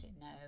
no